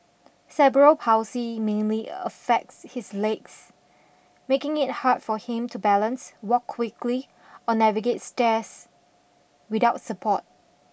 ceberal palsy mainly affects his legs making it hard for him to balance walk quickly or navigate stairs without support